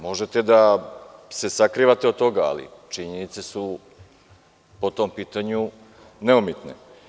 Možete da se sakrivate od toga, ali činjenice su po tom pitanju neumitne.